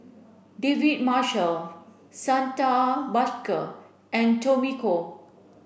David Marshall Santha Bhaskar and Tommy Koh